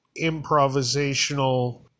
improvisational